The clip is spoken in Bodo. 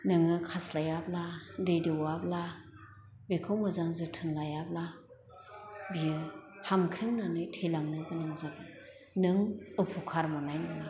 नोङो खास्लायाब्ला दै दौवाब्ला बेखौ मोजां जोथोन लायाब्ला बियो हामख्रेंनानै थैलांनो गोनां जागोन नों अफुखार मोन्नाय नङा